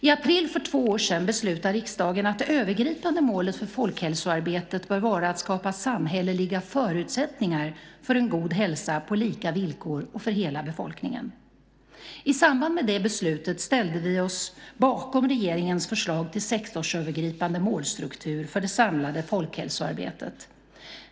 I april för två år sedan beslutade riksdagen att det övergripande målet för folkhälsoarbetet bör vara att skapa samhälleliga förutsättningar för en god hälsa på lika villkor för hela befolkningen. I samband med det beslutet ställde vi oss bakom regeringens förslag till sektorsövergripande målstruktur för det samlade folkhälsoarbetet.